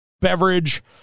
beverage